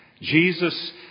Jesus